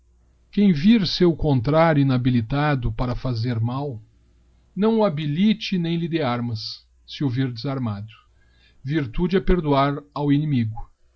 quem vir seu contrario habilitado para fazer mal não o habil e nem lhe dê armas se o viu desarmado virtude he perdoar ao inimigo